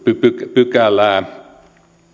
pykälää